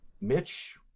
Mitch